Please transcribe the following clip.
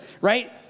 right